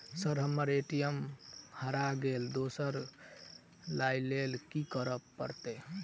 Sir हम्मर ATM हरा गइलए दोसर लईलैल की करऽ परतै?